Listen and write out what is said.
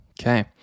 Okay